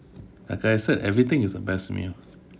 like I said everything is the best meal